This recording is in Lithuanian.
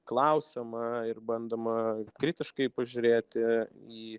klausiama ir bandoma kritiškai pažiūrėti į